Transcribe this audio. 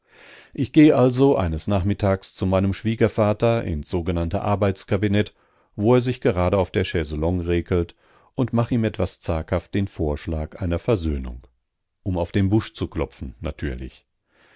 ich geh also eines nachmittags zu meinem schwiegervater ins sogenannte arbeitskabinett wo er sich gerade auf der chaiselongue räkelt und mach ihm etwas zaghaft den vorschlag einer versöhnung um auf den busch zu klopfen natürlich